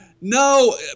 no